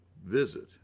visit